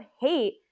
hate